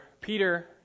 Peter